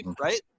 right